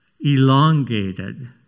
elongated